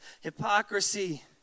hypocrisy